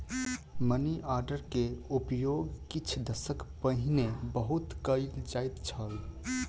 money order के उपयोग किछ दशक पहिने बहुत कयल जाइत छल